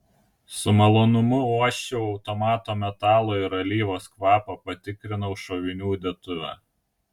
su malonumu uosčiau automato metalo ir alyvos kvapą patikrinau šovinių dėtuvę